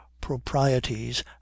proprieties